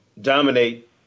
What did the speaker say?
dominate